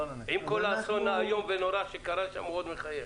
עם כל האסון האיום ונורא שקרה שם הוא עוד מחייך.